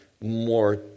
more